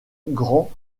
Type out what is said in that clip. grand